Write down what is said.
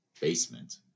basement